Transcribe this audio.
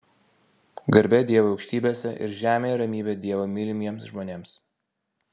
garbė dievui aukštybėse ir žemėje ramybė dievo mylimiems žmonėms